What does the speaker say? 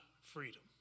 freedom